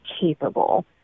capable